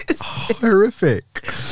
Horrific